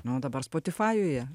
nu o dabar spotifajuje